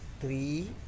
three